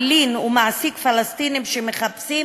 מלין ומעסיק פלסטינים שמחפשים